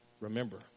Remember